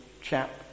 chap